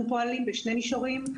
אנחנו פועלים בשני מישורים,